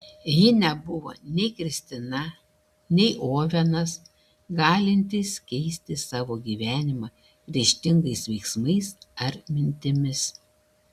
ji nebuvo nei kristina nei ovenas galintys keisti savo gyvenimą ryžtingais veiksmais ar mintimis